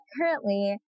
currently